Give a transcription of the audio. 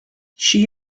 she